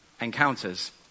encounters